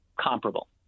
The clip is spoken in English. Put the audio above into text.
comparable